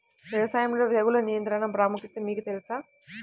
వ్యవసాయంలో తెగుళ్ల నియంత్రణ ప్రాముఖ్యత మీకు తెలుసా?